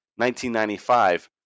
1995